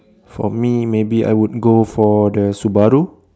for me maybe I would go for the Subaru